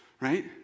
right